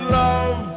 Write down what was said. love